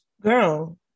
Girl